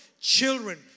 children